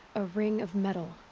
a ring of metal.